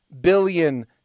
billion